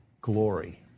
glory